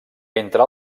entre